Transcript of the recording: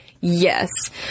Yes